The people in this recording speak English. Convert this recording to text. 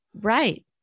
Right